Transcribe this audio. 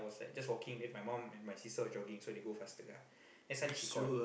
just walking and my mum and sister was jogging so they both faster then suddenly she call